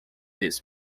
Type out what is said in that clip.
this